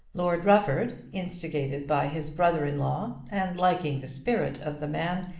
lord rufford, instigated by his brother-in-law, and liking the spirit of the man,